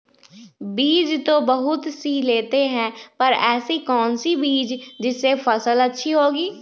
बीज तो बहुत सी लेते हैं पर ऐसी कौन सी बिज जिससे फसल अच्छी होगी?